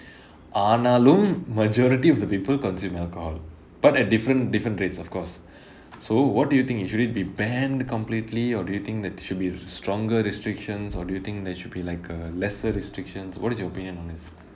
ஆனாலும்:aanaalum majority of the people consume alcohol but at different different rates of course so what do you think should it be banned completely or do you think there should be the stronger restrictions or do you think there should be like uh lesser restrictions what is your opinion on this